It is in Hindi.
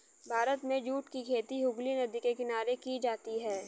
भारत में जूट की खेती हुगली नदी के किनारे की जाती है